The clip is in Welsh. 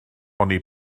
oni